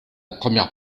première